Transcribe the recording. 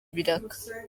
ibiraka